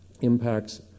impacts